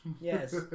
Yes